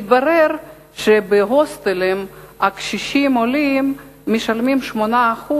מתברר שבהוסטלים קשישים עולים משלמים 8%